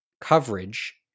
coverage